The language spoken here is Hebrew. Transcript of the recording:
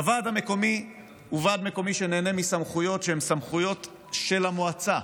הוועד המקומי נהנה מסמכויות שהן סמכויות של המועצה.